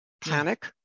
panic